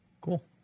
Cool